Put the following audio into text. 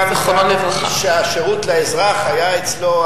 גם איש שהשירות לאזרח אצלו,